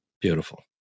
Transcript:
Beautiful